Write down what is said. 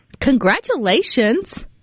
Congratulations